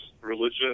religion